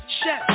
chef